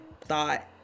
thought